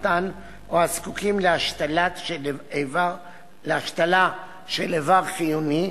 הסרטן או הזקוקים להשתלה של איבר חיוני,